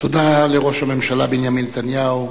תודה לראש הממשלה בנימין נתניהו.